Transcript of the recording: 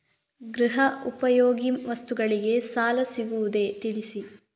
ಗೃಹ ಉಪಯೋಗಿ ವಸ್ತುಗಳಿಗೆ ಸಾಲ ಸಿಗುವುದೇ ತಿಳಿಸಿ?